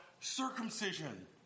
circumcision